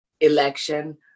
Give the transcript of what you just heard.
election